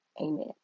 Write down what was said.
Amen